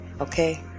okay